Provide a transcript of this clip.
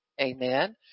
Amen